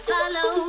Follow